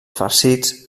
farcits